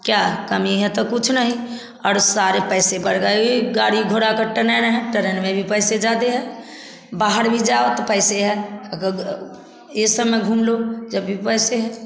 क्या कमी है तो कुछ नहीं और सारे पैसे बढ़ गए गाड़ी घोड़ा क टनेन है ट्रेन में भी पैसे ज्यादे है बाहर भी जाओ तो पैसे हैं अगर यह सब में घूम लो जब भी पैसे हैं